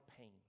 pain